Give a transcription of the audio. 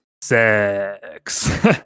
Sex